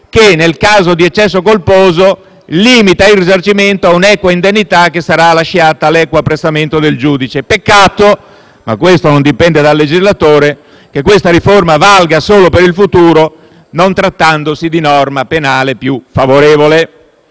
che, nel caso di eccesso colposo, limita il risarcimento a un'equa indennità lasciata all'equo apprezzamento del giudice. Peccato - ma questo non dipende dal legislatore - che questa riforma valga solo per il futuro, non trattandosi di norma penale più favorevole.